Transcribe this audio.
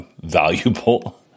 valuable